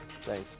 Thanks